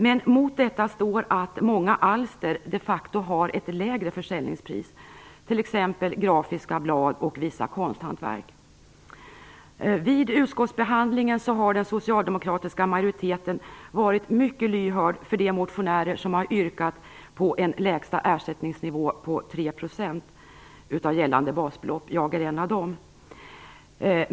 Men mot detta står att många alster de facto har ett lägre försäljningspris, t.ex. grafiska blad och vissa konsthantverk. Vid utskottsbehandlingen har den socialdemokratiska majoriteten varit mycket lyhörd för de motionärer som har yrkat på en lägsta ersättningsnivå på 3 % av gällande basbelopp. Jag är en av dem.